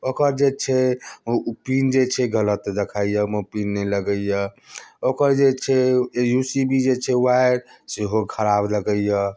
ओकर जे छै ओ पीन जे छै गलत देखाइया ओहिमे पीन नहि लगैया ओकर जे छै यू सी बी जे छै वायर सेहो खराब लगैया